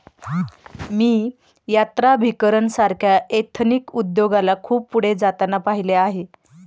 मी यात्राभिकरण सारख्या एथनिक उद्योगाला खूप पुढे जाताना पाहिले आहे